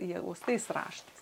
įaustais raštais